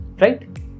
right